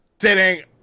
sitting